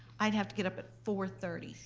i'd have to get up at four thirty.